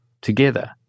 together